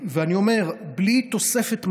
ואני אומר, בלי תוספת משמעותית,